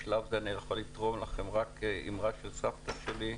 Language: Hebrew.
בשלב זה אני יכול לתרום לכם רק אמרה של סבתא שלי,